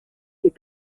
die